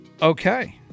Okay